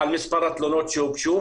על מספר התלונות שהוגשו.